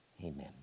amen